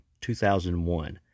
2001